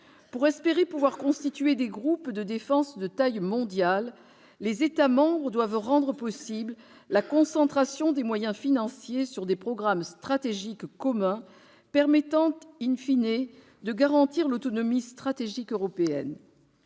Pour espérer pouvoir constituer des groupes de défense de taille mondiale, les États membres doivent rendre possible la concentration des moyens financiers sur des programmes stratégiques communs permettant de garantir l'autonomie stratégique européenne.